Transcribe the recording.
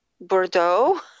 Bordeaux